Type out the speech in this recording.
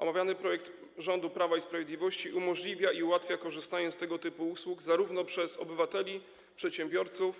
Omawiany projekt rządu Prawa i Sprawiedliwości umożliwia i ułatwia korzystanie z tego typu usług zarówno obywatelom, przedsiębiorcom,